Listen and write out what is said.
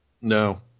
No